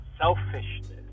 selfishness